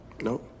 No